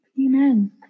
Amen